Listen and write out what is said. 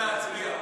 הוא עולה להצביע.